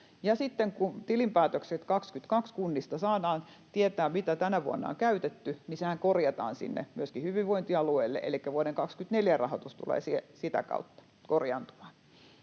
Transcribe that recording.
kun tilinpäätökset vuodelta 22 kunnista saadaan tietää, mitä tänä vuonna on käytetty, niin sehän korjataan myöskin hyvinvointialueille, elikkä vuoden 24 rahoitus tulee sitä kautta korjaantumaan.